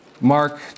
Mark